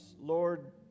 lord